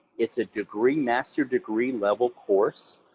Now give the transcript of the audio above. it's a degree, master degree-level course,